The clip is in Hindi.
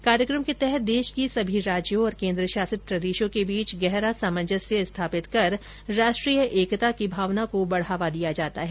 इस कार्यक्रम के तहत देश के सभी राज्यों और केन्द्रशासित प्रदेशों के बीच गहरा सामंजस्य स्थापित कर राष्ट्रीय एकता की भावना को बढ़ावा दिया जाता है